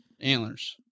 Antlers